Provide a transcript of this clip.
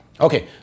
Okay